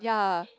yea